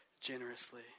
generously